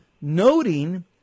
noting